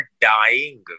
dying